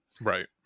right